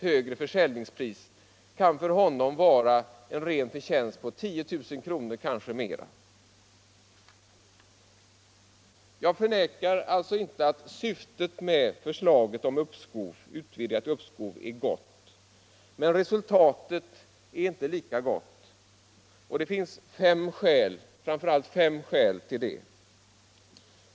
högre försäljningspris kan för honom vara en ren förtjänst på 10000 kr., kanske mera. Syftet med förslaget om utvidgat uppskov är gott, men resultatet är inte lika gott. Det finns framför allt fem skäl till det.